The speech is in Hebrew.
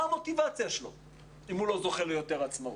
מה המוטיבציה שלו אם הוא לא זוכה ליותר עצמאות?